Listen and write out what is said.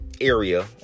area